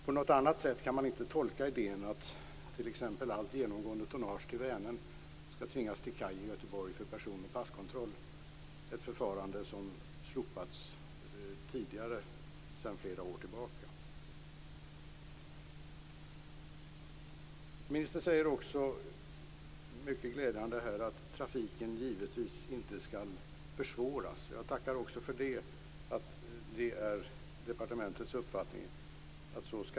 Det går inte att tolka idéerna på något annat sätt, t.ex. att allt genomgående tonnage till Vänern skall tvingas till kaj i Göteborg för person och passkontroll. Det är ett förfarande som slopades för flera år sedan. Ministern säger mycket glädjande att trafiken inte skall försvåras. Jag tackar också för att det är departementets uppfattning.